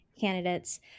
candidates